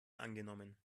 angenommen